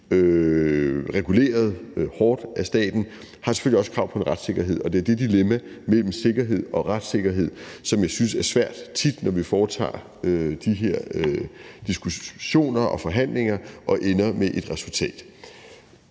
reguleret hårdt af staten, har selvfølgelig også krav på en retssikkerhed. Og det er det dilemma mellem sikkerhed og retssikkerhed, som jeg synes tit er svært, når vi har de her diskussioner og forhandlinger og ender med et resultat.